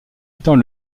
étant